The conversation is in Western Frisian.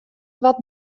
wat